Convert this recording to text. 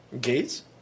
gates